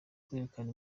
kwerekana